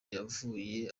yavuye